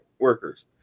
workers